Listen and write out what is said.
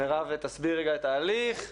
מירב תסביר את ההליך.